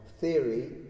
theory